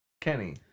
Kenny